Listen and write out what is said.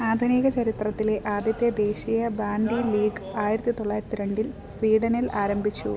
ആധുനിക ചരിത്രത്തിലെ ആദ്യത്തെ ദേശീയ ബാൻഡി ലീഗ് ആയിരത്തി തൊള്ളായിരത്തിരണ്ടിൽ സ്വീഡനിൽ ആരംഭിച്ചു